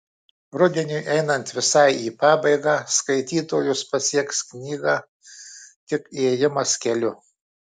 rudeniui einant visai į pabaigą skaitytojus pasieks knygą tik ėjimas keliu